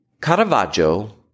Caravaggio